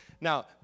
Now